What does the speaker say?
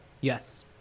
Yes